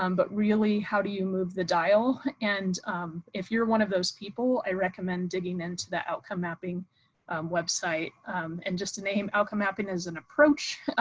um but really how do you move the dial? and if you're one of those people i recommend digging into that outcome mapping website and just a name outcome mapping is an approach,